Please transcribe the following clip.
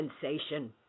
sensation